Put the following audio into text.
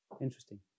Interesting